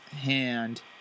hand